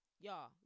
Y'all